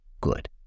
good